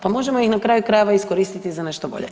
Pa možemo ih na kraju krajeva iskoristiti za nešto bolje.